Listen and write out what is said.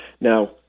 Now